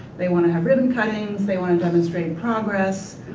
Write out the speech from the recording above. they wanna have ribbon-cuttings, they want to demonstrate progress.